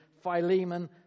Philemon